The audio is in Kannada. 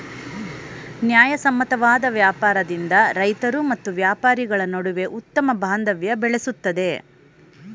ನ್ಯಾಯಸಮ್ಮತವಾದ ವ್ಯಾಪಾರದಿಂದ ರೈತರು ಮತ್ತು ವ್ಯಾಪಾರಿಗಳ ನಡುವೆ ಉತ್ತಮ ಬಾಂಧವ್ಯ ನೆಲೆಸುತ್ತದೆ